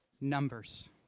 numbers